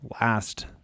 last